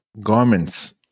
garments